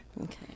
Okay